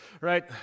right